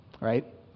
right